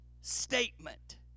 statement